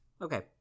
Okay